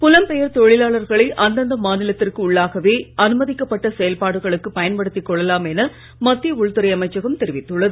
புலம்பெயர் தொழிலாளர்களை அந்தந்த மாநிலத்திற்கு உள்ளாகவே அனுமதிக்கப்பட்ட செயல்பாடுகளுக்கு பயன்படுத்திக் கொள்ளலாம் என மத்திய உள்துறை அமைச்சகம் தெரிவித்துள்ளது